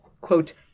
quote